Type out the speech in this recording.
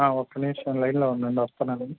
ఒక నిమిషం లైన్లో ఉండండి వస్తాన్నాను